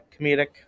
comedic